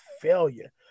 failure